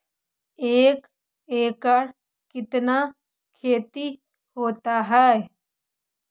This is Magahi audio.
एक एकड़ कितना खेति होता है?